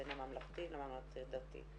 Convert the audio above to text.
וגם הצגה חינוכית ייעודית שעבדנו עליה